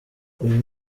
uyu